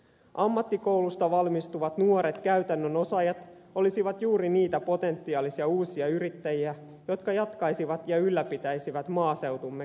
ammattikouluista valmistuvat nuoret käytännön osaajat olisivat juuri niitä potentiaalisia uusia yrittäjiä jotka jatkaisivat ja ylläpitäisivät maaseutumme kehittymistä